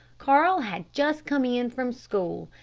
carl had just come in from school.